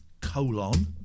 colon